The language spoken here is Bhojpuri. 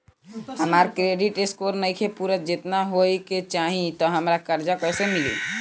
हमार क्रेडिट स्कोर नईखे पूरत जेतना होए के चाही त हमरा कर्जा कैसे मिली?